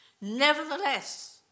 Nevertheless